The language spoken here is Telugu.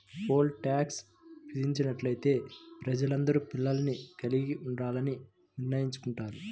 పోల్ టాక్స్ విధించినట్లయితే ప్రజలందరూ పిల్లల్ని కలిగి ఉండాలని నిర్ణయించుకుంటారు